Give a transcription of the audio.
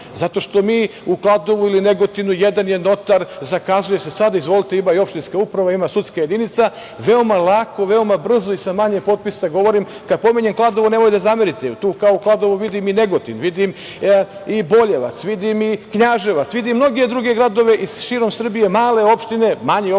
zato što mi u Kladovu ili Negotinu, jedan je notar, zakazuje se. Sada, izvolite, imate i opštinska uprava, ima sudska jedinica. Veoma lako, veoma brzo i sa manje potpisa. Kad pominjem Kladovo, nemojte da zamerite, kao Kladovo vidim i Negotin, vidim i Boljevac, vidim i Knjaževac, vidim mnoge druge gradove širom Srbije, male opštine, manje opštine